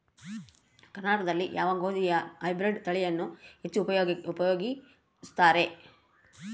ಕರ್ನಾಟಕದಲ್ಲಿ ಯಾವ ಗೋಧಿಯ ಹೈಬ್ರಿಡ್ ತಳಿಯನ್ನು ಹೆಚ್ಚು ಉಪಯೋಗಿಸುತ್ತಾರೆ?